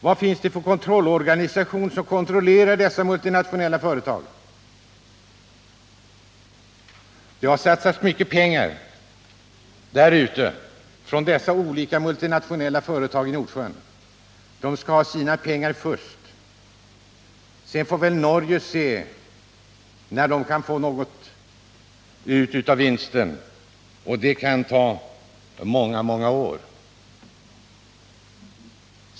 Vad finns det för organ som kontrollerar dessa multinationella företag? Det har satsats mycket pengar där ute i Nordsjön av dessa olika multinationella företag. Och de skall ha sina pengar först. Sedan får väl Norge se när de kan få ut något av vinsten, och det kan ta många många år.